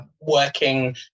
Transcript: working